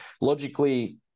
logically